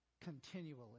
continually